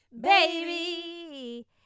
baby